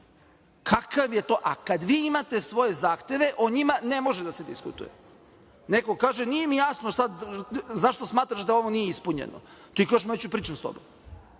šta to liči? A kad vi imate svoje zahteve, o njima ne može da se diskutuje, nego kaže – nije mi jasno zašto smatraš da ovo nije ispunjeno, ti kažeš – neću da pričam s tobom.